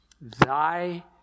Thy